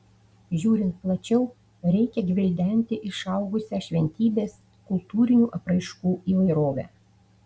žiūrint plačiau reikia gvildenti išaugusią šventybės kultūrinių apraiškų įvairovę